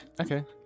Okay